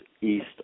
east